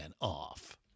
off